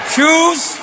choose